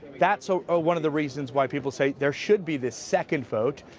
that's so ah one of the reasons why people say there should be this second vote,